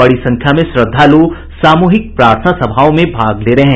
बड़ी संख्या में श्रद्वालु सामूहिक प्रार्थना सभाओं में भाग ले रहे हैं